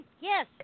Yes